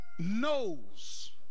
knows